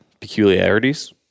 peculiarities